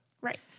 Right